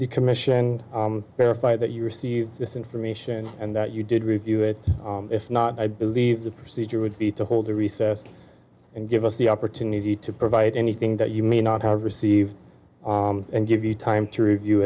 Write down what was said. the commission verify that you received this information and that you did review it if not i believe the procedure would be to hold a recess and give us the opportunity to provide anything that you may not have received and give you time to review